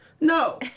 No